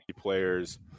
players